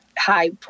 high